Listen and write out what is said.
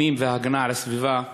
הפנים והגנת הסביבה,